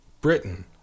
Britain